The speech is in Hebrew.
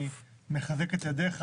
אני מחזק את ידיך,